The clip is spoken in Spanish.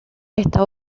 esta